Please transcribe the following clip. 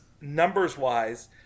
numbers-wise